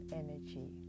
energy